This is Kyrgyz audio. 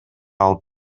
алып